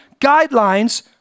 guidelines